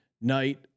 night